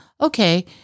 Okay